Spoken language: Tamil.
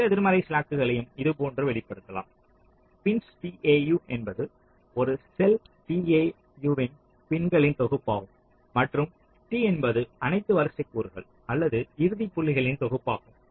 மொத்த எதிர்மறை ஸ்லாக்யையும் இதுபோன்று வெளிப்படுத்தலாம் பின்ஸ் tau என்பது ஒரு செல் tau வின் பின்களின் தொகுப்பாகும் மற்றும் T என்பது அனைத்து வரிசைக்கூறுகள் அல்லது இறுதி புள்ளிகளின் தொகுப்பாகும்